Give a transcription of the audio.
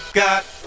got